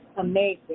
amazing